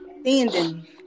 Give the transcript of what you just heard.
standing